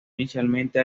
inicialmente